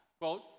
quote